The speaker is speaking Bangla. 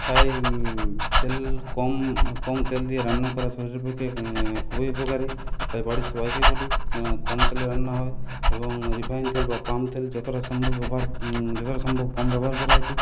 তাই তেল কম কম তেল দিয়ে রান্না করা শরীরের পক্ষে খুবই উপকারি তাই বাড়ির সবাইকে বলি যেন কম তেলে রান্না হয় এবং রিফাইনড তেল বা পাম তেল যতটা সম্ভব ব্যবহার যতটা সম্ভব কম ব্যবহার করা উচিত